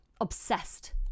obsessed